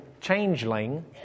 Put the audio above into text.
changeling